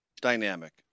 dynamic